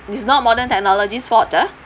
it's not modern technologies' fault ah